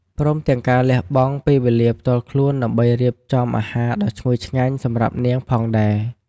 ព្រមទាំងការលះបង់ពេលវេលាផ្ទាល់ខ្លួនដើម្បីរៀបចំអាហារដ៏ឈ្ងុយឆ្ងាញ់សម្រាប់នាងផងដែរ។